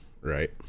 right